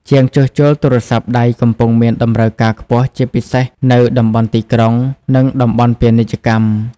ជាងជួសជុលទូរស័ព្ទដៃកំពុងមានតម្រូវការខ្ពស់ជាពិសេសនៅតំបន់ទីក្រុង និងតំបន់ពាណិជ្ជកម្ម។